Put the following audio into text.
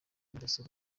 mudasobwa